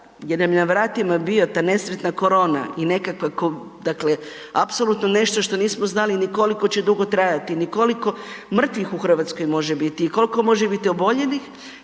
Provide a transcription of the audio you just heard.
nam je na vratima bila ta nesretna korona i nekako apsolutno nešto što nismo znali ni koliko će dugo trajati, ni koliko mrtvih u Hrvatskoj može biti i koliko može biti oboljelih,